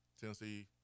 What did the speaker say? Tennessee